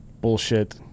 bullshit